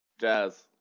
Jazz